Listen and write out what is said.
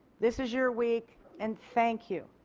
this is your week and thank you.